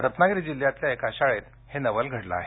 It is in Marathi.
रत्नागिरी जिल्ह्यातल्या एका शाळेत हे नवल घडलं आहे